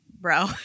Bro